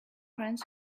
friends